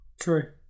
True